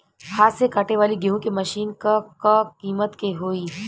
हाथ से कांटेवाली गेहूँ के मशीन क का कीमत होई?